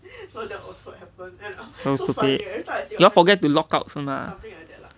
so stupid you all forget to lock out 是吗